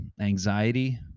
anxiety